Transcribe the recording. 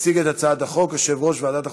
יציג את הצעת החוק יושב-ראש ועדת החוקה,